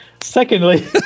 Secondly